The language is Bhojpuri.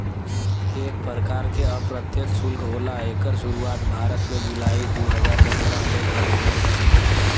एक परकार के अप्रत्यछ सुल्क होला एकर सुरुवात भारत में जुलाई दू हज़ार सत्रह में करल गयल रहल